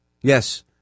Yes